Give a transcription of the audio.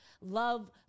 love